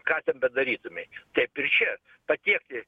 ką bedarytumei taip ir čia patiekti